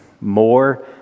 more